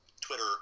Twitter